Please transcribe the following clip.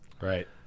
Right